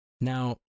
Now